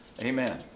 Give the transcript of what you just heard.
Amen